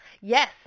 Yes